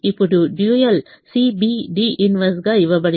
ఇప్పుడు dual CB D 1 గా ఇవ్వబడింది